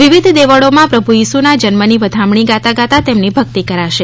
વિવિધ દેવળોમાં પ્રભુ ઇસુના જન્મની વધામણી ગાતા ગાતા તેમની ભકિત કરાશે